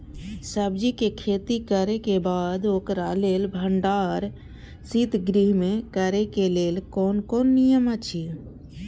सब्जीके खेती करे के बाद ओकरा लेल भण्डार शित गृह में करे के लेल कोन कोन नियम अछि?